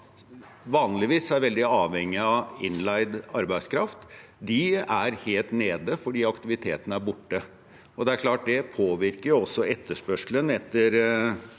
vanligvis er veldig avhengig av innleid arbeidskraft, ligger helt nede fordi aktiviteten er borte. Det er klart at det påvirker etterspørselen etter